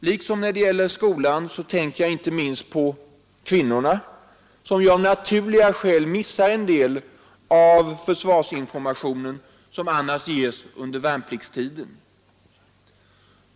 Liksom när det gäller skolan tänker jag inte minst här på kvinnorna, som av naturliga skäl missar den försvarsinformation som ges under värnpliktstiden.